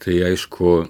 tai aišku